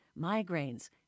migraines